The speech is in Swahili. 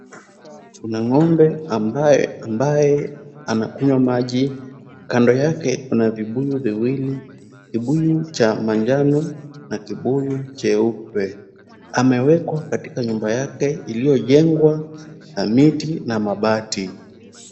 Kuna ng'ombe ambaye anakunya maji. Kando yake kuna vibuyu viwili. Kibuyu cha manjano na kibuyu cheupe. Amewekwa katika nyumba yake iliyojengwa kwa miti na mabati.